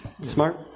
Smart